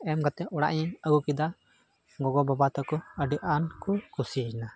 ᱮᱢ ᱠᱟᱛᱮᱫ ᱚᱲᱟᱜ ᱤᱧ ᱟᱹᱜᱩ ᱠᱮᱫᱟ ᱜᱚᱜᱚᱼᱵᱟᱵᱟ ᱛᱟᱠᱚ ᱟᱹᱰᱤᱜᱟᱱ ᱠᱚ ᱠᱩᱥᱤᱭᱮᱱᱟ